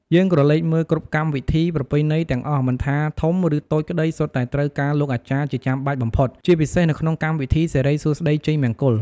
យើងក្រឡេកមើលគ្រប់កម្មវិធីប្រពៃណីទាំងអស់មិនថាធំឬតូចក្តីសុទ្ធតែត្រូវការលោកអាចារ្យជាចាំបាច់បំផុត ជាពិសេសនៅក្នុងកម្មវិធីសិរិសួស្តីជ័យមង្គល។